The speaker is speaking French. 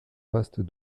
vastes